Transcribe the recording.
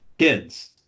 Kids